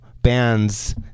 Bands